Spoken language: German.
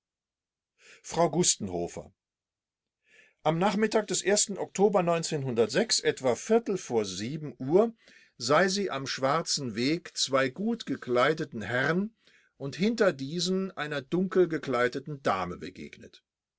frau gustenhofer am nachmittag des oktober etwa viertel vor uhr sei sie am schwarzen weg zwei gut gekleideten herren und hinter diesen einer dunkel gekleideten dame begegnet